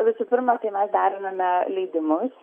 visų pirma tai mes deriname leidimus